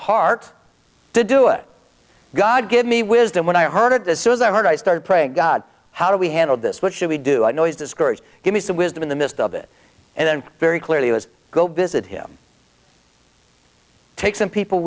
heart to do it god give me wisdom when i heard it as soon as i heard i started praying god how do we handle this what should we do i know he's discouraged give me some wisdom in the midst of it and then very clearly was go busy at him take some people